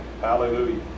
Hallelujah